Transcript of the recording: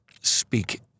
speak